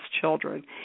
children